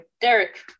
Derek